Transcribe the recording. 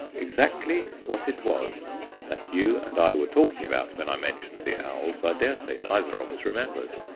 exactly what it was that you and i were talking about when i mentioned the owls, i dare say neither of us remembers.